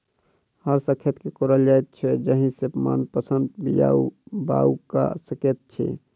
हर सॅ खेत के कोड़ल जाइत छै जाहि सॅ मनपसंद बीया बाउग क सकैत छी